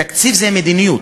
תקציב זה מדיניות,